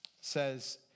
says